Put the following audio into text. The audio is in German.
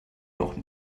doch